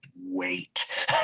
wait